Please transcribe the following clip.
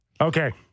Okay